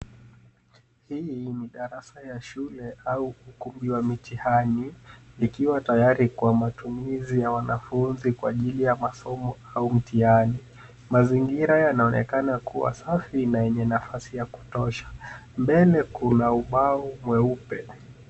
Hii ni darasa ya shule au ukumbi wa mtihani ikiwa tayari kwa matumizi na wanafunzi kwa ajili ya masomo au mtihani. Mazingira yanaonekana kuwa safi na yenye nafasi ya kutosha. Mbele kuna ubao mweupe.